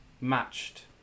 matched